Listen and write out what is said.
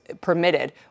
permitted